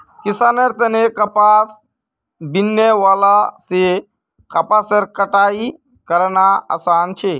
किसानेर तने कपास बीनने वाला से कपासेर कटाई करना आसान छे